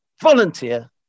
volunteer